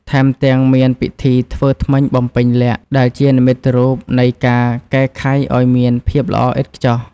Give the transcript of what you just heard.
ថែមទាំង មានពិធីធ្វើធ្មេញបំពេញលក្ខណ៍ ដែលជានិមិត្តរូបនៃការកែខៃឱ្យមានភាពល្អឥតខ្ចោះ។